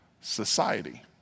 society